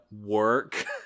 work